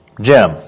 Jim